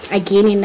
again